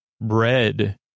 bread